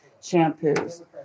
shampoos